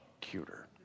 cuter